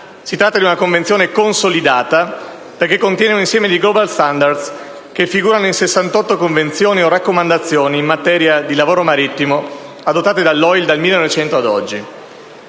Si tratta di una Convenzione «consolidata» perché contiene un insieme di *global standards*, che figurano in 68 Convenzioni o raccomandazioni in materia di lavoro marittimo adottate dall'OIL dal 1920 ad oggi.